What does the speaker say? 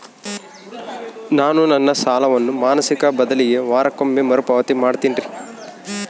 ನಾನು ನನ್ನ ಸಾಲವನ್ನು ಮಾಸಿಕ ಬದಲಿಗೆ ವಾರಕ್ಕೊಮ್ಮೆ ಮರುಪಾವತಿ ಮಾಡ್ತಿನ್ರಿ